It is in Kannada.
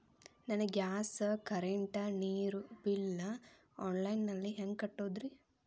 ನನ್ನ ಗ್ಯಾಸ್, ಕರೆಂಟ್, ನೇರು, ಕೇಬಲ್ ಬಿಲ್ ಆನ್ಲೈನ್ ನಲ್ಲಿ ಹೆಂಗ್ ಕಟ್ಟೋದ್ರಿ?